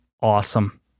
awesome